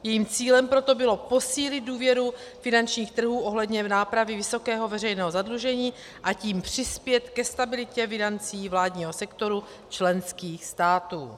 Jejím cílem proto bylo posílit důvěru finančních trhů ohledně nápravy vysokého veřejného zadlužení, a tím přispět ke stabilitě financí vládního sektoru členských států.